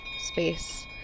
space